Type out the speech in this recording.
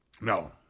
No